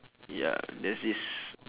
ya there's this